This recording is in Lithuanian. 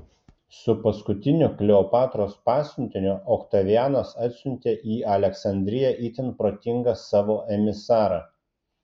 su paskutiniu kleopatros pasiuntiniu oktavianas atsiuntė į aleksandriją itin protingą savo emisarą